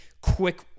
quick